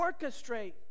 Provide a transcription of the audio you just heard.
orchestrate